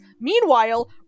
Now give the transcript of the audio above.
Meanwhile